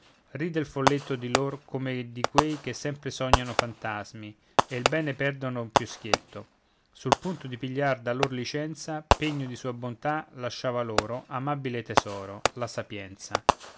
ride il folletto di lor come di quei che sempre sognano fantasmi e il bene perdono più schietto sul punto di pigliar da lor licenza pegno di sua bontà lasciava loro amabile tesoro la sapienza